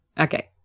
Okay